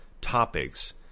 topics